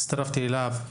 הצטרפתי אליו,